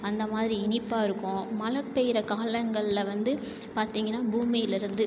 அந்த மாதிரி இனிப்பாக இருக்கும் மழை பெய்கிற காலங்களில் வந்து பார்த்தீங்கன்னா பூமியிலிருந்து